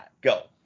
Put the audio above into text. Go